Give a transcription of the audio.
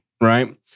right